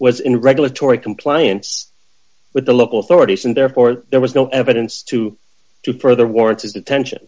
was in regulatory compliance with the local authorities and therefore d there was no evidence to to further warrant his attention